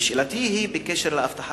שאלתי היא בקשר לאבטחה